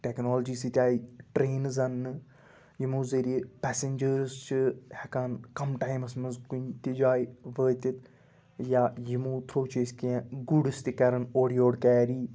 technology سۭتۍ آیہِ trains اَننہٕ یِمو ذٔریعہِ پٮ۪سَنجٲرٕز چھِ ہٮ۪کان کَم ٹایمَس منٛز کُنہِ تہِ جایہِ وٲتِتھ یا یِمو تھرٛوٗ چھِ أسۍ کینٛہہ گُڈٕس تہِ کَران اورٕ یورٕ کیری